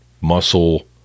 muscle